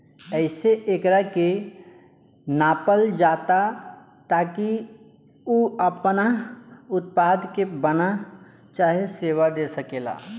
एहिसे एकरा के नापल जाला ताकि उ आपना उत्पाद के बना चाहे सेवा दे सकेला